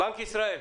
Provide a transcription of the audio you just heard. בנק ישראל.